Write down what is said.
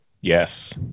Yes